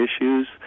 issues